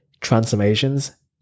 transformations